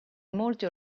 molti